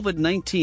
COVID-19